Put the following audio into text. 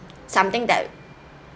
something that